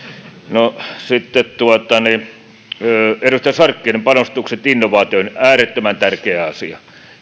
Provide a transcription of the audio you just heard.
enää paikalla sitten edustaja sarkkinen panostukset innovaatioihin äärettömän tärkeä asia